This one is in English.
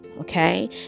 okay